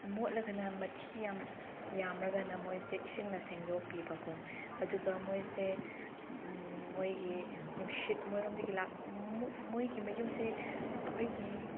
ꯃꯣꯠꯂꯒꯅ ꯃꯊꯤ ꯌꯥꯝ ꯌꯥꯝꯂꯒꯅ ꯃꯣꯏꯁꯦ ꯏꯁꯤꯡꯅ ꯁꯦꯡꯗꯣꯛꯄꯤꯕꯀꯣ ꯑꯗꯨꯒ ꯃꯣꯏꯁꯦ ꯃꯣꯏꯒꯤ ꯅꯨꯡꯁꯤꯠ ꯃꯣꯏꯔꯣꯝꯗꯒꯤ ꯃꯣꯏꯒꯤ ꯃꯌꯨꯝꯁꯦ ꯑꯩꯈꯣꯏꯒꯤ